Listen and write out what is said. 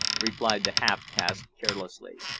replied the half-caste carelessly.